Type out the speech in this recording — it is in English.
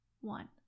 one